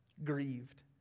grieved